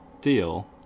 deal